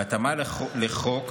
בהתאמה לחוק,